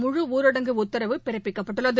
முழு ஊரடங்கு உத்தரவு பிறப்பிக்கப்பட்டுள்ளது